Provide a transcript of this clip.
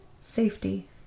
safety